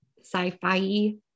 sci-fi